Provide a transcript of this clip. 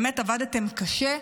באמת, עבדתם קשה.